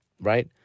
right